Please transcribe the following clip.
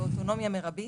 באוטונומיה מרבית,